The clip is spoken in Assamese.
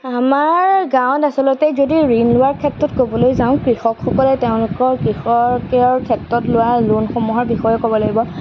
আমাৰ গাঁৱত আচলতে যদি ঋণ লোৱাৰ ক্ষেত্ৰত ক'বলৈ যাওঁ কৃষকসকলে তেওঁলোকৰ কৃষকীয়ৰ ক্ষেত্ৰত লোৱা লোনসমূহৰ বিষয়েই ক'ব লাগিব